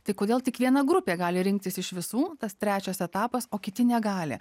tai kodėl tik viena grupė gali rinktis iš visų tas trečias etapas o kiti negali